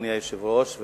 אדוני היושב-ראש,